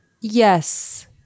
Yes